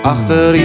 Achter